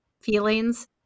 feelings